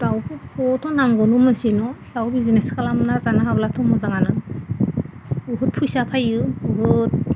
दाउफोरखौथ' नांगौनो मानसिनो दाउ बिजनेस खालामना जानो हाब्लाथ' मोजांआनो बहुद फैसा फैयो बहुद